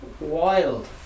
wild